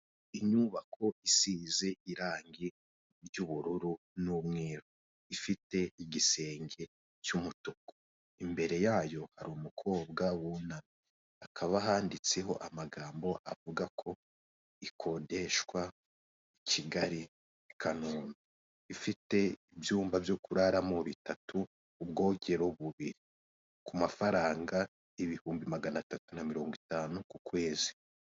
Inyubako isize irangi ry'ubururu n'umweru ifite igisenge cy'umutuku, imbere yayo hari umukobwa wunamye hakaba handitseho amagambo avuga ko ikodeshwa Kigali-Kanombe, ifite ibyumba byo kuraramo bitatu, ubwogero bubiri ku mafaranga ibihumbi magana atatu na mirongo itanu ku kwezi.